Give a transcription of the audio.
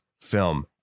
film